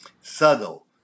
subtle